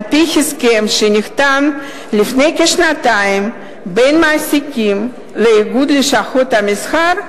על-פי הסכם שנחתם לפני כשנתיים בין המעסיקים לאיגוד לשכות המסחר,